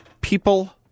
People